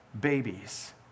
babies